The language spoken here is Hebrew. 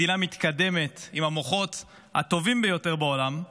מדינה מתקדמת, עם המוחות הטובים ביותר בעולם,